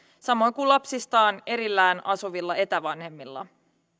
samoin kuin lapsistaan erillään asuvilla etävanhemmilla